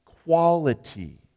Quality